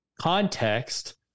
context